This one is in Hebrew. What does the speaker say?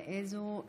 לאיזו ועדה?